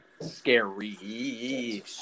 scary